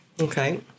Okay